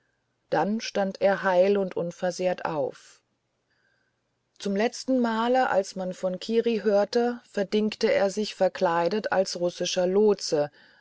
dann stand er heil und unversehrt auf zum letzten male als man von kiri hörte verdingte er sich verkleidet als russischer lotse